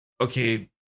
okay